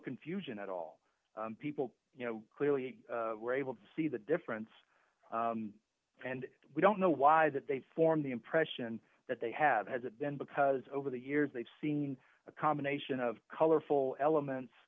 confusion at all people you know clearly were able to see the difference and we don't know why that they form the impression that they have as it then because over the years they've seen a combination of colorful elements